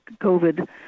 COVID